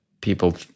people